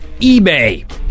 eBay